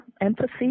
empathy